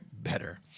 Better